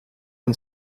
and